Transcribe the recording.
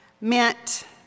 meant